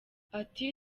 ati